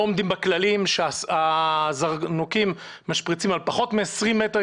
עומדים בכללים שהזרנוקים משפריצים על פחות מ-20 מטר,